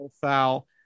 foul